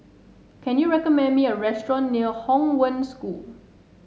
can you recommend me a restaurant near Hong Wen School